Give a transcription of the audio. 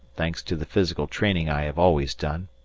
thanks to the physical training i have always done.